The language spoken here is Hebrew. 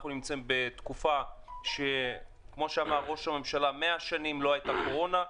אנחנו נמצאים בתקופה שכמו שאמר ראש הממשלה: מאה שנים לא הייתה קורונה,